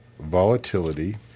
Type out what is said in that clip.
Volatility